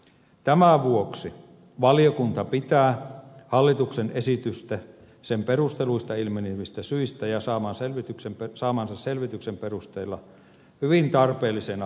tämän vuoksi valiokunta pitää hallituksen esitystä sen perusteluista ilmenevistä syistä ja saamansa selvityksen perusteella hyvin tarpeellisena ja tarkoituksenmukaisena